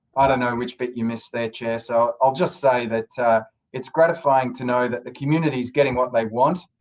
i don't know which bit you missed there, chair, so i'll just say that it's gratifying to know that the community is getting what they want,